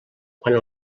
quant